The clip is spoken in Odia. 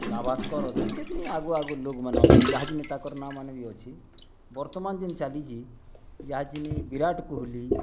ଗାଭାସ୍କର୍ ଅଛନ୍ କେତନି ଆଗୁ ଆଗୁରୁ ଲୋକ୍ ମାନେ ଅଛନ୍ ଏହାଜିନି ତାକର୍ ନାଁ ମାନେ ବି ଅଛି ବର୍ତ୍ତମାନ୍ ଯେନ୍ ଚାଲିଛି ଏହାଜିନି ବିରାଟ୍ କୋହଲି